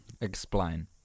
Explain